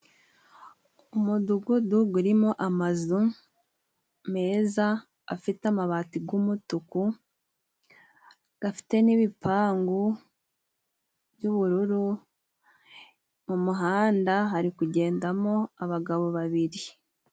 Umudugudu urimo amazu meza, afite amabati y'umutuku, afite n'ibipangu by'ubururu, mu muhanda hari kugendamo abagabo babiri.